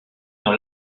dans